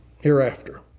hereafter